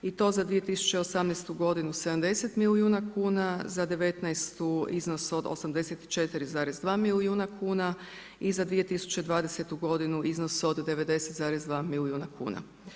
I to za 2018.g. 70 milijuna kuna, za '19. iznos od 84,2 milijuna kuna i za 2020. g. iznos od 90,2 milijuna kuna.